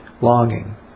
longing